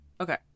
Okay